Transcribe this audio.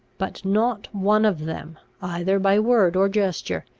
but not one of them, either by word or gesture,